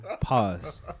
Pause